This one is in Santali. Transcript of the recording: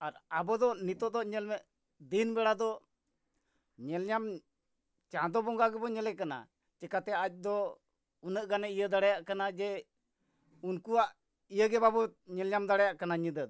ᱟᱨ ᱟᱵᱚ ᱫᱚ ᱱᱤᱛᱚᱜ ᱫᱚ ᱧᱮᱞ ᱢᱮ ᱫᱤᱱ ᱵᱮᱲᱟ ᱫᱚ ᱧᱮᱞ ᱧᱟᱢ ᱪᱟᱸᱫᱚ ᱵᱚᱸᱜᱟ ᱜᱮᱵᱚ ᱧᱮᱞᱮ ᱠᱟᱱᱟ ᱪᱮᱠᱟᱛᱮ ᱟᱡ ᱫᱚ ᱩᱱᱟᱹᱜ ᱜᱟᱱᱮ ᱤᱭᱟᱹ ᱫᱟᱲᱮᱭᱟᱜ ᱠᱟᱱᱟ ᱡᱮ ᱩᱱᱠᱩᱣᱟᱜ ᱤᱭᱟᱹ ᱜᱮ ᱵᱟᱵᱚ ᱧᱮᱞ ᱧᱟᱢ ᱫᱟᱲᱮᱭᱟᱜ ᱠᱟᱱᱟ ᱧᱤᱫᱟᱹ ᱫᱚ